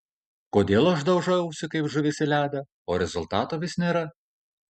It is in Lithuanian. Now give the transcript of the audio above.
kodėl aš daužausi kaip žuvis į ledą o rezultato vis nėra